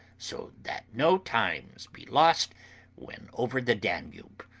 so that no times be lost when over the danube.